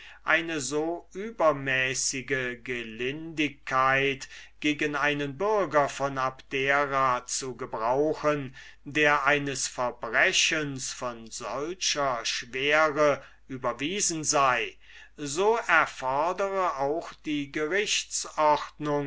eine so übermäßige gelindigkeit gegen einen bürger von abdera zu gebrauchen der eines verbrechens von solcher schwere überwiesen sei so erfodere auch die